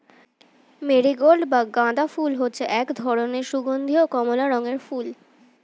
marigold বা গাঁদা ফুল হচ্ছে এক ধরনের সুগন্ধীয় কমলা রঙের ফুল